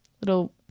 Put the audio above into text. little